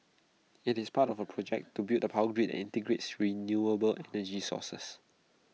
IT is part of A project to build A power grid that integrates renewable energy sources